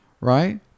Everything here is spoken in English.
right